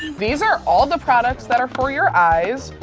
these are all the products that are for your eyes.